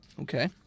Okay